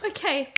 Okay